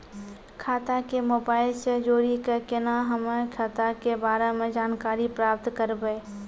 खाता के मोबाइल से जोड़ी के केना हम्मय खाता के बारे मे जानकारी प्राप्त करबे?